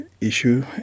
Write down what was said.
issue